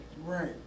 right